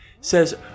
says